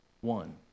one